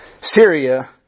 Syria